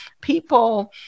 people